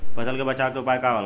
फसल के बचाव के उपाय का होला?